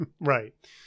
Right